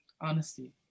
honesty